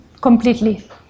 completely